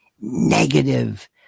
negative